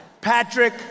Patrick